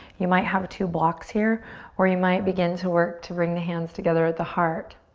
you might have two blocks here where you might begin to work to bring the hands together at the heart.